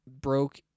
broke